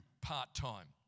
part-time